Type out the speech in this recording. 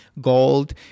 gold